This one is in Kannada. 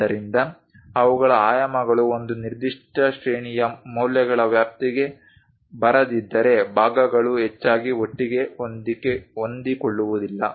ಆದ್ದರಿಂದ ಅವುಗಳ ಆಯಾಮಗಳು ಒಂದು ನಿರ್ದಿಷ್ಟ ಶ್ರೇಣಿಯ ಮೌಲ್ಯಗಳ ವ್ಯಾಪ್ತಿಗೆ ಬರದಿದ್ದರೆ ಭಾಗಗಳು ಹೆಚ್ಚಾಗಿ ಒಟ್ಟಿಗೆ ಹೊಂದಿಕೊಳ್ಳುವುದಿಲ್ಲ